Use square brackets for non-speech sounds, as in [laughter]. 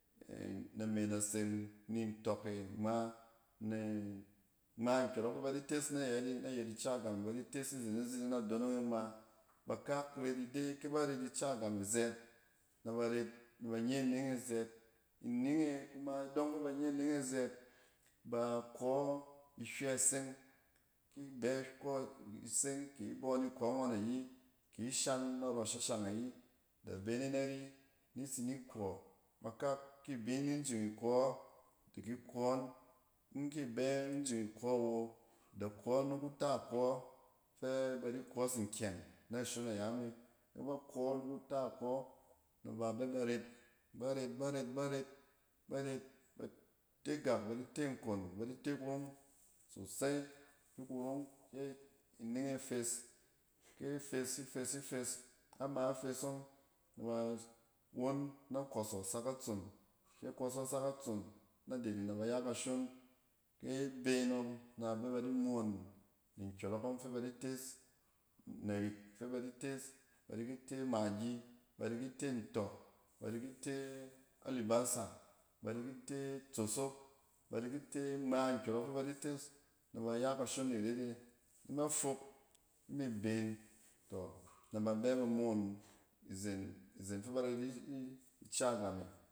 [hesitation] name na seng ni ntↄk e ngma ne-ngma nkyↄrk fɛ ba di tes na yet e, nay at ica ga e, ba di tes ni zen izining na donong e ngma. Ba kak ret ide, ke ba ret ica gam e zɛt, naba ret, na ban ye ining e zɛt. ining e kuma idↄng fɛ ban ye ning e zɛt, ba bↄ ihywɛ iseng ki bɛ-bↄ iseng ki ibↄ nikↄ ngↄn ayi, ki ishan narↄ shashang e ayi da bene nai ni tsi ni kↄ. Bakak ki bin injing akↄ, di ki kↄↄn, in kɛ bɛn injing kↄↄ ni kuta kↄↄ fɛ ba di kↄↄs nkyɛng nashon yame. kɛ ba kↄↄ ni kuta kↄↄ nɛ ba bɛ baret. Ba ret, ba ret baret, baret ba tegak, ba te nkon, ba di te kurong sosai, ki kurong, kɛ ining e fes, ke fes, ifes, ifes, nama ifes ↄng, na ba won nɛ kↄsↄ sak a tson. Ke a kↄsↄ sak atson na diding nɛ bay a kashon, ke a been ↄng, nɛ ba di moon nkyↄrↄk ↄng fɛ ba di tes, narik fɛ badi tes ba di kit e magi, badi ki te ntↄk, badi kit e a libasa, ba di kit e ba diki tes ngma nkyↄrↄk fɛ ba di tes na bay a kashon ni ret e in ba fok imi bee, tↄ nɛ b aba ba moon izen, izen fa ba ri-ica game.